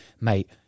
mate